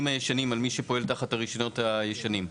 הישנים על מי שפועל תחת הרישיונות הישנים.